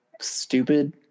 Stupid